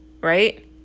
right